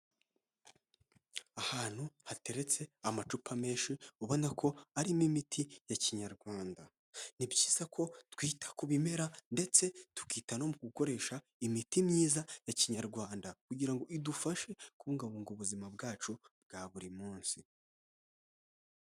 Ahantu hateretse amacupa menshi ubona ko arimo imiti ya kinyarwanda, ni byiza ko twita ku bimera ndetse tukita no mu gukoresha imiti myiza ya kinyarwanda kugira ngo idufashe kubungabunga ubuzima bwacu bwa buri munsi.